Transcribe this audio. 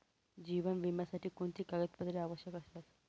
जीवन विम्यासाठी कोणती कागदपत्रे आवश्यक असतात?